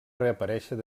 reaparèixer